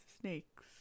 snakes